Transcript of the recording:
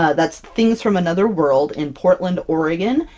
that's things from another world in portland oregon,